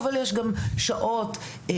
אבל יש גם שעות שצריך.